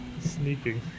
sneaking